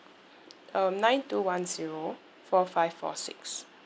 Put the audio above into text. um nine two one zero four five four six